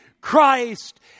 Christ